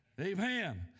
Amen